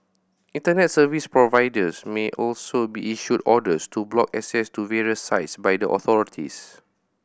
Internet service providers may also be issued orders to block access to various sites by the authorities